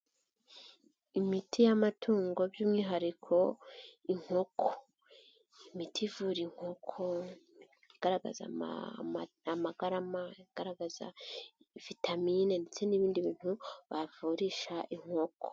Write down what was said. Imiti y'amatungo by'umwihariko inkoko. Imiti ivura inko, igaragaza amagarama, agaragaza vitamine ndetse n'ibindi bintu bavurisha inkoko.